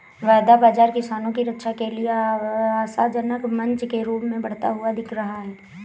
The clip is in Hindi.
वायदा बाजार किसानों की रक्षा के लिए आशाजनक मंच के रूप में बढ़ता हुआ दिख रहा है